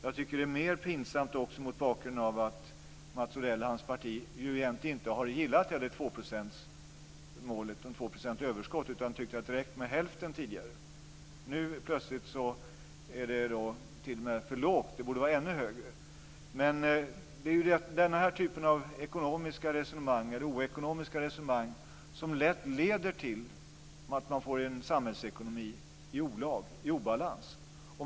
Jag tycker att det är pinsamt också mot bakgrund av att Mats Odell och hans parti egentligen inte har gillat målet om 2 % överskott utan tyckt att det har räckt med hälften tidigare. Nu plötsligt är det t.o.m. för lågt. Det borde vara ännu högre. Det är denna typ av ekonomiska - eller oekonomiska - resonemang som lätt leder till att man får en samhällsekonomi i olag och obalans.